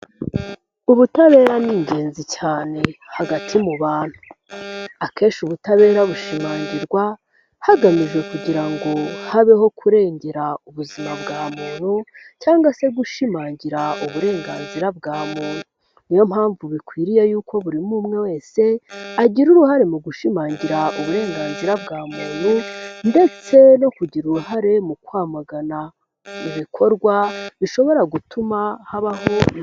Ubutabera ni ingenzi cyane hagati mu bantu. Akenshi ubutabera bushimangirwa hagamijwe kugira ngo habeho kurengera ubuzima bwa muntu cyangwa se gushimangira uburenganzira bwa muntu. Niyo mpamvu bikwiriye yuko buri umwe wese agira uruhare mu gushimangira uburenganzira bwa muntu ndetse no kugira uruhare mu kwamagana ibikorwa bishobora gutuma habaho...